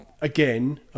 again